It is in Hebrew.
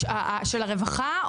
של הרווחה?